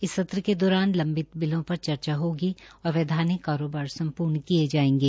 इस सत्र के दौरान लम्बित बिलों पर चर्चा होगी और वैधानिक कारोबार सम्पूर्ण किये जायेंगे